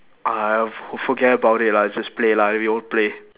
uh for~ forget about it lah just play lah they all play